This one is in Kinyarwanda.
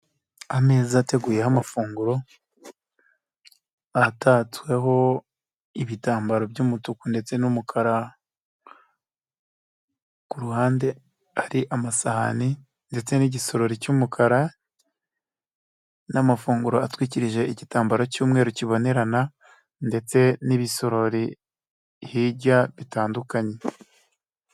Ameza ateguyeho amafunguro, ahatatsweho ibitambaro by'umutuku ndetse n'umukara, ku ruhande hari amasahani ndetse n'igisorori cy'umukara, n'amafunguro atwikirije igitambaro cy'umweru kibonerana, ndetse n'ibisorori hirya bitandukanye.